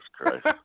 Christ